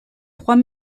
trois